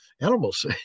animals